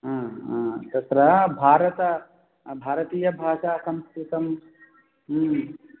तत्र भारत भारतीय भाषा संस्कृतम्